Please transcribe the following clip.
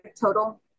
total